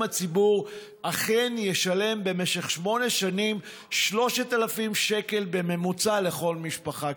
הציבור אכן ישלם במשך שמונה שנים 3,000 שקל בממוצע לכל משפחה,